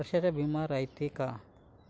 वर्षाचा बिमा रायते का?